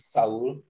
Saul